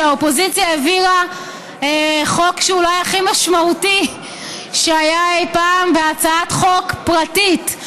שהאופוזיציה העבירה חוק שאולי הכי משמעותי שהיה אי-פעם בהצעת חוק פרטית,